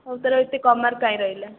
ଆଉ ତାର ଏତେ କମ୍ ମାର୍କ କାହିଁକି ରହିଲା